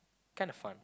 kind of fun